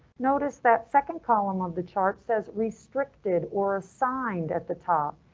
notice that second column of the chart says restricted or assigned at the top.